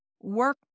work